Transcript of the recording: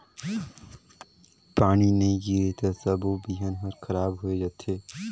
पानी नई गिरे त सबो बिहन हर खराब होए जथे